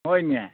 ꯍꯣꯏꯅꯦ